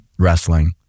wrestling